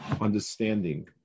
understanding